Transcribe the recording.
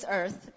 earth